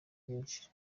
byinshi